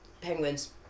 penguins